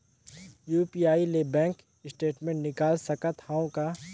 UPI ले bank statement निकाल सकत हवं का?